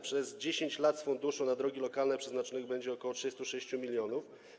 Przez 10 lat z funduszu na drogi lokalne przeznaczonych będzie ok. 36 mln.